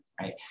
right